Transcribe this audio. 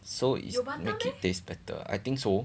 so is make it taste better I think so